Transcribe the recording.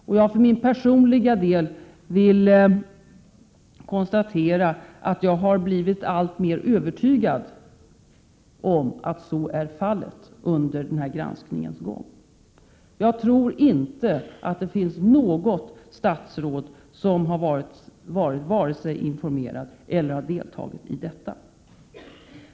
Och för min personliga del vill jag konstatera att jag under granskningens gång har blivit alltmer övertygad om att så är fallet. Jag tror inte att det finns något statsråd som vare sig har varit informerad eller har deltagit i detta.